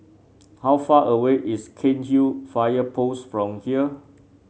how far away is Cairnhill Fire Post from here